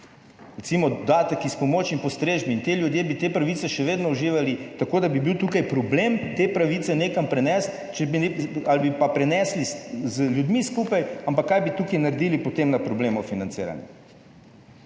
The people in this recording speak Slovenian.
recimo dodatek iz pomoč in postrežbo in ti ljudje bi te pravice še vedno uživali, tako, da bi bil tukaj problem te pravice nekam prenesti, če bi ali bi pa prenesli z ljudmi skupaj, ampak kaj bi tukaj naredili potem na problemu financiranja.